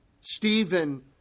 Stephen